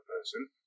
person